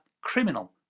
criminal